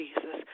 Jesus